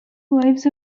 lives